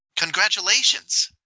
Congratulations